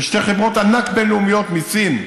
ושתי חברות ענק בין-לאומיות מסין,